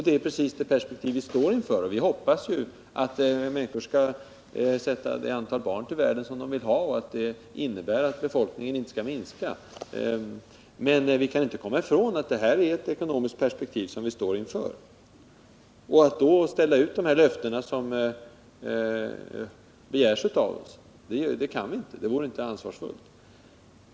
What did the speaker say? Det är precis det perspektivet vi står inför, och vi hoppas att människor skall sätta det antal barn till världen som de vill ha och att detta - innebär att befolkningen inte skall minska. Men vi kan inte komma ifrån att detta är ett ekonomiskt perspektiv som vi står inför. Att då ställa ut de här löftena, som man begär av oss, vore inte ansvarsfullt.